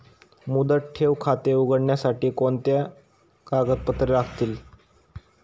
मुदत ठेव खाते उघडण्यासाठी कोणती कागदपत्रे लागतील?